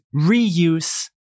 reuse